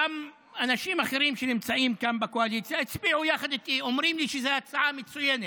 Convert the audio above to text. אנשים אחרים מהקואליציה שהצביעו יחד איתי אומרים לי שזאת הצעה מצוינת.